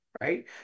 right